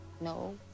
No